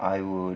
I would